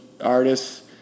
artists